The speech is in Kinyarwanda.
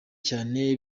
cyane